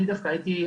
אני דווקא הייתי,